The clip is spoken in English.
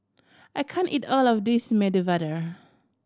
I can't eat all of this Medu Vada